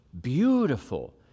beautiful